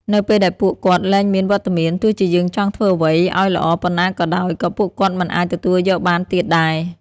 នៅពេលដែលពួកគាត់លែងមានវត្តមាន ទោះជាយើងចង់ធ្វើអ្វីឲ្យល្អប៉ុណ្ណាក៏ដោយ ក៏ពួកគាត់មិនអាចទទួលយកបានទៀតដែរ។